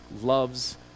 loves